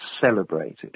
celebrated